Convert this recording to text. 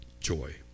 joy